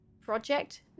Project